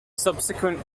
subsequent